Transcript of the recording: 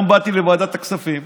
היום באתי לוועדת הכספים,